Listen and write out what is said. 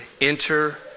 enter